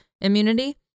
Immunity